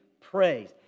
praise